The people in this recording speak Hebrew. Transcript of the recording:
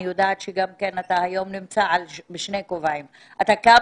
אני יודעת שהיום אתה גם נמצא בשני כובעים: אתה גם